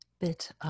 bit